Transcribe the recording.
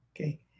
okay